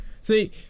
See